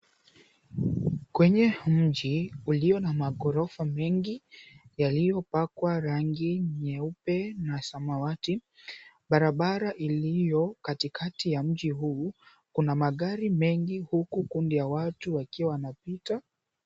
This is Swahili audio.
Kwenye mji ulio na maghorofa mengi yaliyopakwa rangi nyeupe na samawati. Barabara iliyo katikati ya mji huo kuna magari mengi huku kundi ya watu wakiwa wanapita.